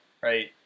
right